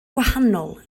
gwahanol